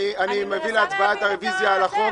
אני מביא להצבעה את הרביזיה על החוק,